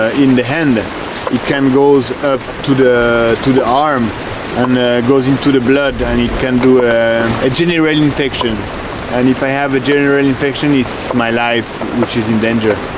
ah in the hand it can go up to the to the arm and goes into the blood and it can do and a general infection and if i have a general infection, it's my life which is in danger